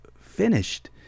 finished